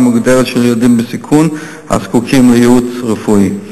מוגדרת של ילדים בסיכון הזקוקים לייעוץ רפואי.